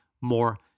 more